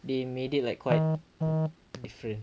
they made it like quite different